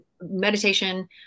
meditation